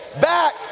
back